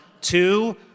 Two